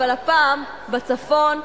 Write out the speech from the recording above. אבל הפעם בצפון,